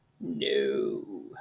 No